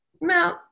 No